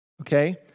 okay